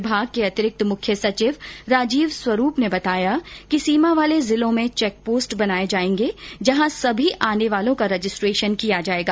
विभाग के अतिरिक्त मुख्य सचिव राजीव स्वरूप ने बताया कि सीमा वाले जिलों में चैकपोस्ट बनाए जाएंगे जहां सभी आगन्तकों का रजिस्ट्रेशन किया जाएगा